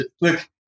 look